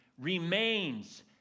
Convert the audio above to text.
remains